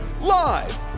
Live